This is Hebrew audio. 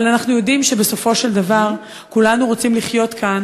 אבל אנחנו יודעים שבסופו של דבר כולנו רוצים לחיות כאן,